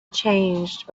changed